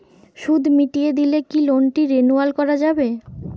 সুদ মিটিয়ে দিলে কি লোনটি রেনুয়াল করাযাবে?